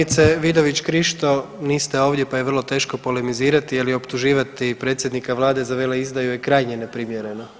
Kolegice Vidović Krišto niste ovdje, pa je vrlo teško polemizirati ili optuživati predsjednika Vlade za veleizdaju je krajnje neprimjereno.